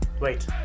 Wait